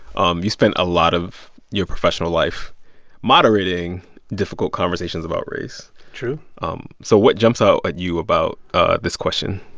um you spend a lot of your professional life moderating difficult conversations about race true um so what jumps out at you about this question?